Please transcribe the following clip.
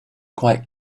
quite